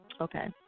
Okay